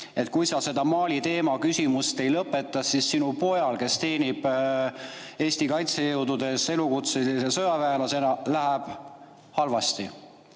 "Kui sa seda Mali teema küsimust ei lõpeta, siis sinu pojal, kes teenib Eesti kaitsejõududes elukutselise sõjaväelasena, läheb halvasti."